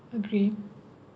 agree